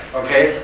okay